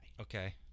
Okay